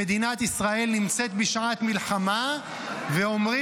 שמדינת ישראל נמצאת בשעת מלחמה ואומרים: